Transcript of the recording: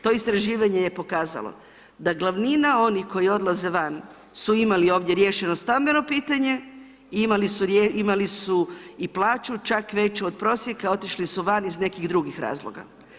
To istraživanje je pokazalo da glavnina onih koji odlaze van su imali ovdje riješeno stambeno pitanje, imali su i plaću, čak veću od prosjeka, otišli su van iz nekih drugih razloga.